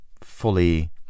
fully